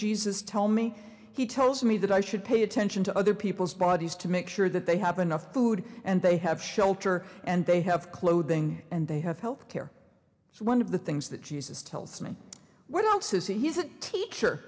jesus tell me he tells me that i should pay attention to other people's bodies to make sure that they have enough food and they have shelter and they have clothing and they have health care so one of the things that jesus tells me what else is he is it teacher